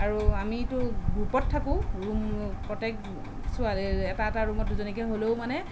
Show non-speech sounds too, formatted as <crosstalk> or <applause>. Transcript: আৰু আমিটো গ্ৰুপত থাকো ৰুম প্ৰত্যেক <unintelligible> এটা এটা ৰুমত দুজনীকে হ'লেও মানে